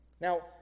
Now